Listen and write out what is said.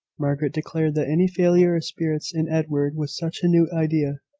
margaret declared that any failure of spirits in edward was such a new idea,